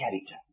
character